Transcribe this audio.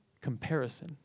comparison